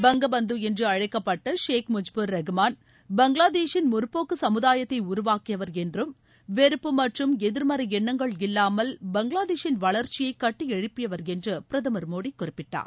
பங்கபந்து என்று அழைக்கப்பட்ட ஷேக் முஜ்பர் ரஹ்மான் பங்களாதேஷின் முற்போக்கு சமுதாயத்தை உருவாக்கியவர் என்றும் வெறுப்பு மற்றும் எதிர்மறை எண்ணங்கள் இல்லாமல் பங்களாதேஷின் வளர்ச்சியை கட்டி எழுப்பியவர் என்று பிரதமர் மோடி குறிப்பிட்டார்